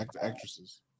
actresses